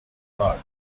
fraud